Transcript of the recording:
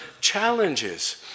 challenges